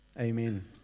Amen